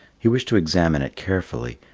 he wished to examine it carefully,